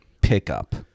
pickup